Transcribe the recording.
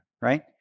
right